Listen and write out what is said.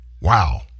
Wow